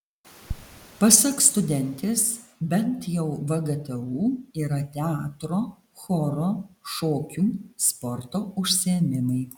pasak studentės bent jau vgtu yra teatro choro šokių sporto užsiėmimai